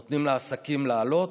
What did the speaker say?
נותנים לעסקים לעלות,